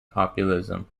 populism